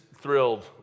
thrilled